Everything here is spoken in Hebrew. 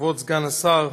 כבוד סגן השר,